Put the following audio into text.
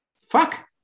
fuck